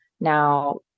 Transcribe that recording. Now